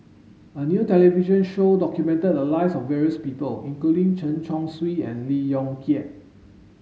a new television show documented the lives of various people including Chen Chong Swee and Lee Yong Kiat